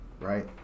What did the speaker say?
right